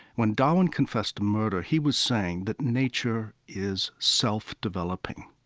when darwin confessed to murder, he was saying that nature is self-developing.